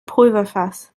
pulverfass